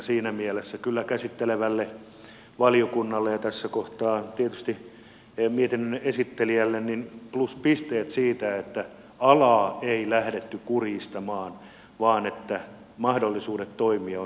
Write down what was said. siinä mielessä kyllä käsittelevälle valiokunnalle ja tässä kohtaa tietysti mietinnön esittelijälle pluspisteet siitä että alaa ei lähdetty kurjistamaan vaan mahdollisuudet toimia ovat edelleen hyvät